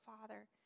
Father